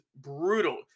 brutal